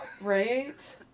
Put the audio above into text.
Right